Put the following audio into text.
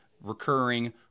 recurring